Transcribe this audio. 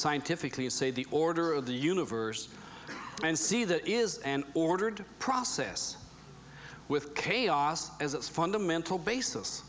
scientifically say the order of the universe and see that is an ordered process with chaos as its fundamental basis